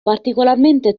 particolarmente